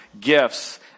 gifts